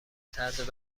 طرز